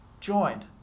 joined